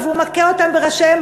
והוא מכה אותם בראשיהם,